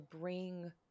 bring